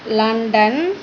London